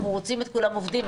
אנחנו רוצים את כולם עובדים,